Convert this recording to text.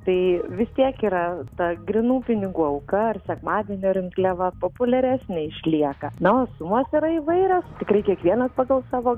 tai vis tiek yra ta grynų pinigų auka ar sekmadienio rinkliava populiaresnė išlieka na o sumos yra įvairios tikrai kiekvienas pagal savo